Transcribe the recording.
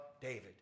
David